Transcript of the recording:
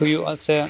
ᱦᱩᱭᱩᱜᱼᱟ ᱥᱮ